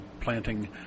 planting